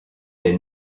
des